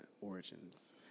origins